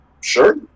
sure